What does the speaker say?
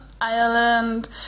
Ireland